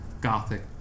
gothic